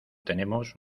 tenemos